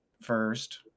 first